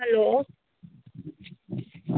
hello